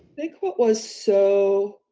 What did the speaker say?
they quote was so